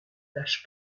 lâche